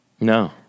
No